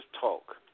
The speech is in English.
Talk